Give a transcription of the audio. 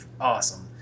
awesome